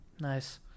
Nice